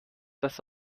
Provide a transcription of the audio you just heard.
das